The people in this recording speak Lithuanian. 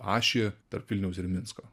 ašį tarp vilniaus ir minsko